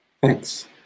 Thanks